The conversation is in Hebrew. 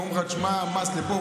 ואומרים לך: מס לפה,